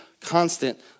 constant